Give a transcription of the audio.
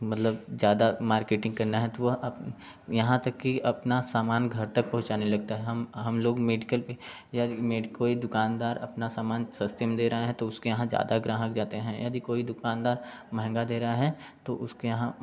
मतलब ज़्यादा मार्केटिंग करना है तो वह अब यहाँ तक की अपना सामान घर तक पहुँचाने लगता है हम हम लोग मेडिकल पे या मेडिको कोई दुकानदार अपना सामान सस्ते में दे रहा है तो उसके यहाँ ज़्यादा ग्राहक जाते हैं यदि कोई दुकानदार महंगा दे रहा है तो उसके यहाँ